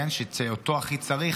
שאותו הכי צריך